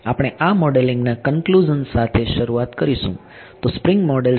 આપણે આ મોડેલિંગના કનક્લુઝન સાથે શરૂઆત કરીશું તો સ્પ્રિંગ મોડેલ શું છે